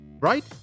Right